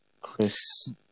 Chris